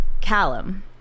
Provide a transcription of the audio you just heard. Callum